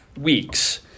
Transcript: weeks